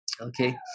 Okay